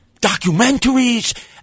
documentaries